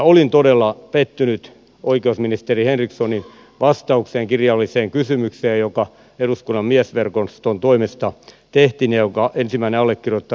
olin todella pettynyt oikeusministeri henrikssonin vastaukseen kirjalliseen kysymykseen joka eduskunnan miesverkoston toimesta tehtiin ja jonka ensimmäinen allekirjoittaja olin